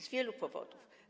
Z wielu powodów.